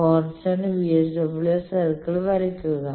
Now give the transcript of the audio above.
constant VSWR circle വരയ്ക്കുക